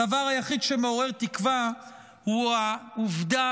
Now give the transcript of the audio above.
הדבר היחיד שמעורר תקווה הוא העובדה